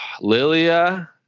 Lilia